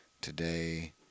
today